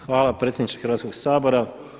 Hvala predsjedniče Hrvatskoga sabora.